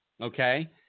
Okay